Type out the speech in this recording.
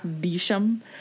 Bisham